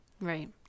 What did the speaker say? right